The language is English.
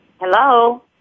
hello